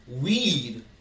Weed